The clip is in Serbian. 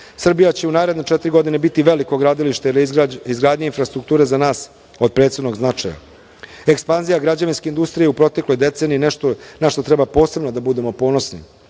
Srbija će u naredne četiri godine biti veliko gradilište, jer je izgradnja i infrastruktura za nas od presudnog značaja. Ekspanzija građevinske industrije u protekloj deceniji je nešto na šta treba posebno da budemo ponosni.